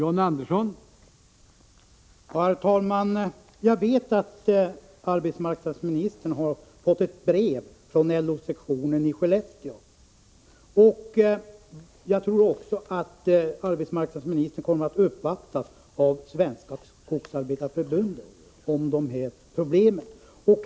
Herr talman! Jag vet att arbetsmarknadsministern har fått ett brev från LO-sektionen i Skellefteå, och jag tror också att arbetsmarknadsministern kommer att uppvaktas av Svenska skogsarbetareförbundet om dessa projekt.